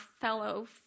fellow